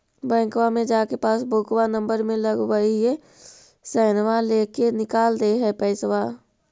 बैंकवा मे जा के पासबुकवा नम्बर मे लगवहिऐ सैनवा लेके निकाल दे है पैसवा?